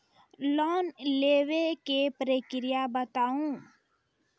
Loan लेवे के प्रक्रिया बताहू?